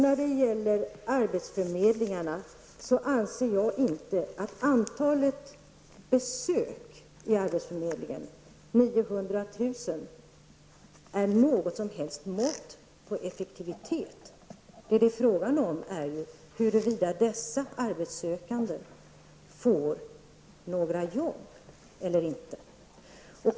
När det gäller arbetsförmedlingarna anser jag inte att antalet besök inom dessa, 900 000, är något som helst mått på effektivitet. Det som det är fråga om är ju huruvida de arbetssökande får några jobb eller inte.